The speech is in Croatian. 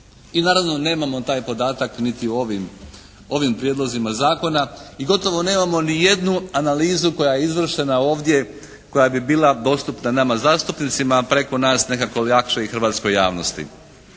i naravno nemamo taj podatak niti u ovim prijedlozima zakona i gotovo nemamo ni jednu analizu koja je izvršena ovdje koja bi bila dostupna nama zastupnicima preko nas nekako jače i hrvatskoj javnosti.